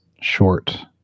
short